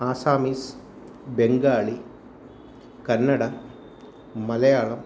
Assamese Bengali Kannada Malayalam